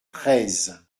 treize